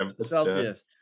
Celsius